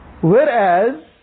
Whereas